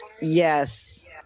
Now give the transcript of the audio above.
Yes